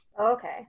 okay